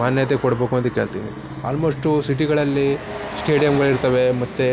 ಮಾನ್ಯತೆ ಕೊಡಬೇಕು ಅಂತ ಕೇಳ್ತೀನಿ ಆಲ್ಮೋಷ್ಟು ಸಿಟಿಗಳಲ್ಲಿ ಸ್ಟೇಡಿಯಮ್ಗಳಿರ್ತವೆ ಮತ್ತೆ